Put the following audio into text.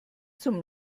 zum